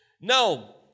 Now